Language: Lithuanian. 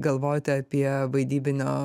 galvoti apie vaidybinio